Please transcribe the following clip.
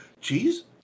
Cheese